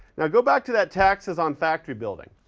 now go back to that taxes on factory building.